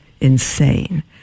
insane